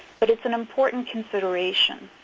but it's an important consideration.